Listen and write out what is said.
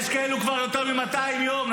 יש כאלו שכבר יותר מ-200 יום,